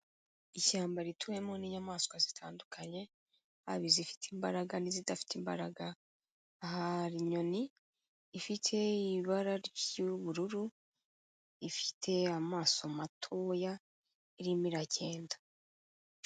Ishyamba rituwemo n'inyamaswa zitandukanye, haba izifite imbaraga n'izidafite imbaraga, hari inyoni ifite ibara ry'ubururu, ifite amaso matoya irimo iragenda.